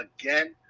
again